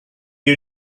you